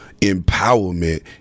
empowerment